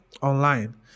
online